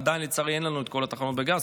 עדיין לצערי אין לנו את כל התחנות בגז,